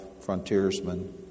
frontiersmen